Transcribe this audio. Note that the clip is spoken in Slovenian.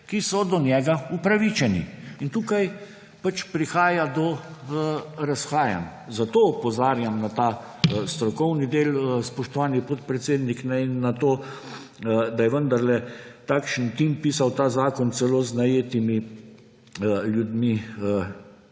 ki so do njega upravičeni. In tukaj pač prihaja do razhajanj, zato opozarjam na ta strokovni del, spoštovani podpredsednik, in na to, da je vendarle takšen tim pisal ta zakon, celo z najetimi ljudmi